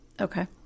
Okay